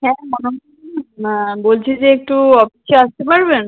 হ্যাঁ বলছি যে একটু অফিসে আসতে পারবেন